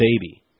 baby